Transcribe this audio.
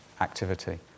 activity